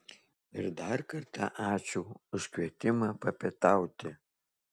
ir dar kartą ačiū už kvietimą papietauti